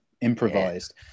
improvised